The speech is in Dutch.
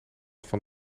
van